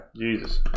Jesus